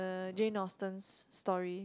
uh Jane-Austen's story